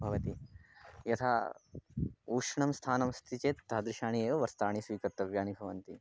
भवति यथा उष्णं स्थानमस्ति चेत् तादृशानि एव वस्त्राणि स्वीकर्तव्यानि भवन्ति